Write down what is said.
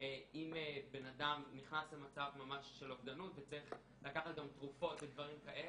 אם בן אדם נכנס למצב ממש של אובדנות וצריך לקחת גם תרופות ודברים כאלה,